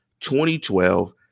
2012